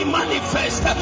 manifest